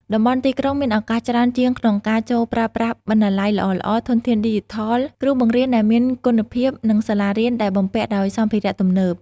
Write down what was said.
តំបន់ទីក្រុងមានឱកាសច្រើនជាងក្នុងការចូលប្រើប្រាស់បណ្ណាល័យល្អៗ ធនធានឌីជីថល គ្រូបង្រៀនដែលមានគុណភាព និងសាលារៀនដែលបំពាក់ដោយសម្ភារៈទំនើប។